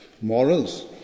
morals